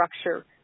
structure